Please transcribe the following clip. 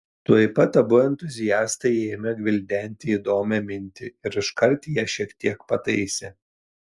tuoj pat abu entuziastai ėmė gvildenti įdomią mintį ir iškart ją šiek tiek pataisė